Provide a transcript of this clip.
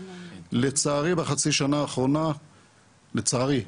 לצערי, בחצי שנה האחרונה, לצערי,